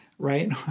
right